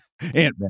ant-man